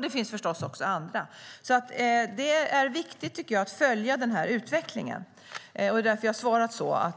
Det finns förstås också andra. Det är viktigt, tycker jag, att följa den här utvecklingen. Det är därför jag svarat så.